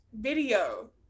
video